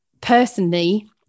personally